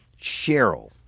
Cheryl